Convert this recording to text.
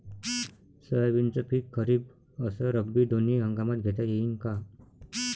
सोयाबीनचं पिक खरीप अस रब्बी दोनी हंगामात घेता येईन का?